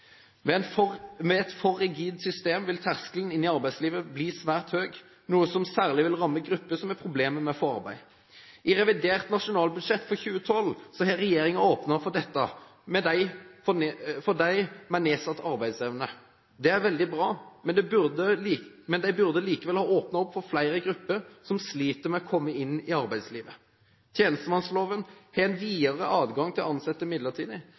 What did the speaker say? Med et for rigid system vil terskelen for å komme inn i arbeidslivet bli svært høy, noe som særlig vil ramme grupper som har problemer med å få arbeid. I revidert nasjonalbudsjett for 2012 har regjeringen åpnet opp for dette for dem med nedsatt arbeidsevne. Det er veldig bra, men de burde ha åpnet opp for flere grupper som sliter med å komme inn i arbeidslivet. Tjenestemannsloven gir en videre adgang til å ansette